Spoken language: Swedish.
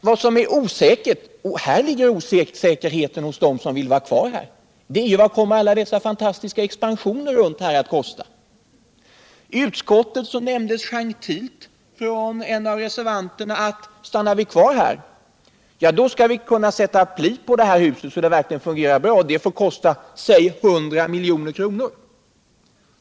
Vad som är osäkert är vad alla dessa fantastiska expansioner här omkring kommer att kosta — och här ligger alltså osäkerheten 1 det alternativ som innebär att vi skulle stanna kvar. I utskottet nämnde en av reservanterna gentilt att om vi stannar kvar här. då skall vi kunna sätta pli på det här huset så att det verkligen fungerar bra, och det får kosta säg 100 milj.kr.